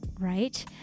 right